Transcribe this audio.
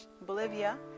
Bolivia